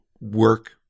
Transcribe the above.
work